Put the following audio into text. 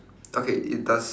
okay it does